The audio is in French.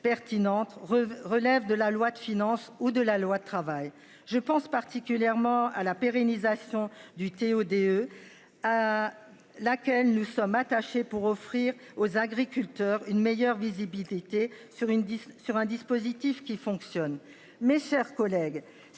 pertinentes. Relève de la loi de finances ou de la loi de travail je pense particulièrement à la pérennisation du TO-DE à laquelle nous sommes attachés pour offrir aux agriculteurs une meilleure visibilité sur une sur un dispositif qui fonctionne, mes chers collègues.